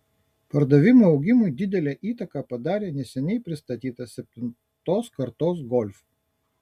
pardavimų augimui didelę įtaką padarė neseniai pristatytas septintos kartos golf